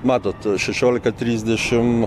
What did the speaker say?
matot šešiolika trisdešim